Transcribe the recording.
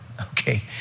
Okay